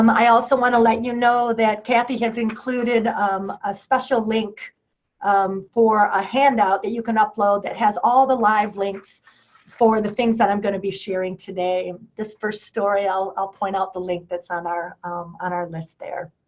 um i also want to let you know that cathy has included um a special link um for a handout that you can upload that has all the live links for the things that i'm going to be sharing today. this first story, i'll i'll point out the link that's on our on our list there.